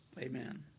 Amen